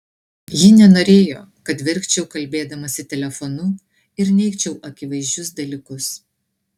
ji nenorėjo kad verkčiau kalbėdamasi telefonu ir neigčiau akivaizdžius dalykus